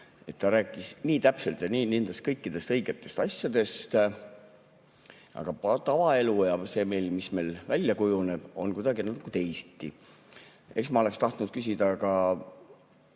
Ta rääkis nii täpselt ja kõikidest õigetest asjadest. Aga tavaelu, see, mis meil välja kujuneb, on kuidagi nagu teisiti. Eks ma oleksin tahtnud küsida ka